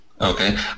Okay